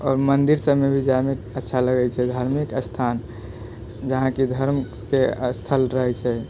आओर मन्दिर सबमे भी जाइमे अच्छा लगै छै धार्मिक स्थान जहाँ कि धर्मके स्थल रहै छै